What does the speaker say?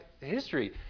history